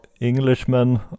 Englishmen